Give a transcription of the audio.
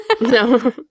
No